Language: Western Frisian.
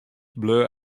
bleau